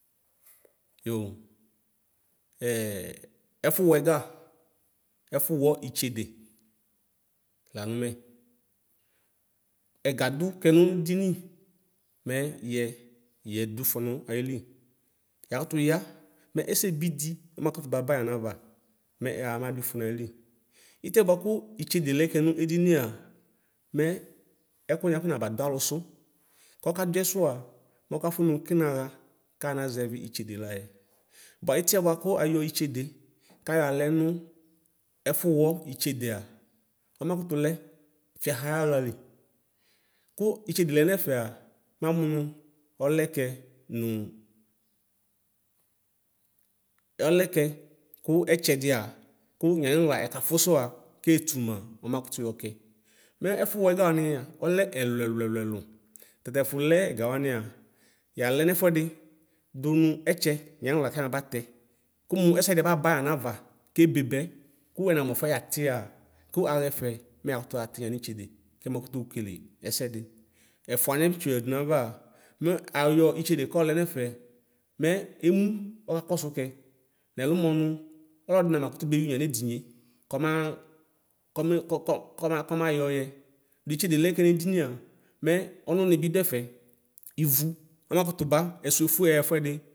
Yo ɛfʋ wɛya wɔ itsede lanʋ mɛ ɛga dʋ kɛnʋ dini mɛ yɛ yedʋfɔnʋ ayili yakʋtʋ ya mɛ ɛsɛbidi ɔmakʋtʋ baba yanava mɛ axa mɛ adʋfɔ nayili itiɛ bʋakʋ itsede le kɛnʋ edinia mɛ ɛkʋɛdi afɔnaba dʋ alʋsʋ kɔkadʋɛsʋa mɔkafʋ nʋ kɛnaxa kanazɛvi itsede layɛ bʋa itiɛ bʋakʋ ayɔ itsede kayɔ alɛnʋ ɛfʋwɔ itsedea ɔmakʋtʋ lɛ fiaha ayaɣlali kʋ itsede lɛnɛfɛa manʋ nʋ ɔlɛkɛ nʋ ɔlɛkɛ kʋ ɛtsɛdia kʋ yanixla ɛkafʋsʋa keetʋma ɔmakʋtʋ yɔkɛ mɛ ɛfʋwɛya wania ɔlɛ ɛlʋ ɛlʋ ɛlʋ tɛtɛfʋ lɛ ɛgawania yalɛ nɛfʋɛdi dʋ ɛtsɛ yanixla kɛmaba tɛ kʋmʋ ɛsɛdi ababa yanava kebebɛ kʋ ɛmamʋ ɛfʋɛ yatixa kaxɛfɛ mɛ yakʋtʋ atɛ yanitsede kɛ makʋtʋ okele ɛsɛdi ɛfʋaniɛ bi tsoyadʋ nayava mʋ ayɔ itsede kɔlɛ nɛfɛ mɛ emʋ ɔkakɔsʋ kɛ nɛlʋmɔ nʋ ɔlɔdi namakʋtʋ bewi yemedinie kɔma kɔme kɔ kɔ kɔmayɔ yɛ dʋ itsede lɛkɛ nedia mɛ ɔnʋni bidʋ ɛfɛ ivʋ ɔma kʋtʋ ba ɛsʋ ɛfʋe yaxa ɛfʋɛdi.